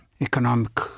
economic